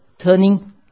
turning